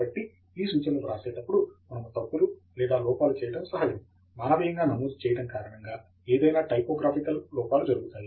కాబట్టి ఈ సూచనలు వ్రాసేటప్పుడు మనము తప్పులు లేదా లోపాలు చేయటం సహజం మానవీయంగా నమోదు చేయడం కారణంగా ఏదైనా టైపోగ్రాఫికల్ లోపాలు జరుగుతాయి